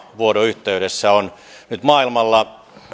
vuodon yhteydessä on nyt maailmalla